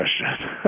question